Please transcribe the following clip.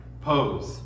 pose